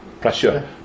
pressure